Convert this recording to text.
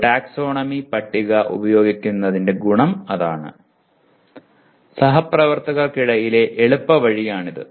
ഒരു ടാക്സോണമി പട്ടിക ഉപയോഗിക്കുന്നതിന്റെ ഗുണം അതാണ് സഹപ്രവർത്തകർക്കിടയിലെ എളുപ്പവഴിയാണിത്